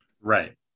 Right